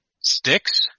sticks